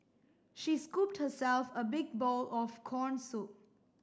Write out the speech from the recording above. she scooped herself a big bowl of corn soup